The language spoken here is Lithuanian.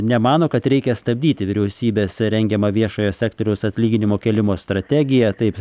nemano kad reikia stabdyti vyriausybės rengiamą viešojo sektoriaus atlyginimo kėlimo strategiją taip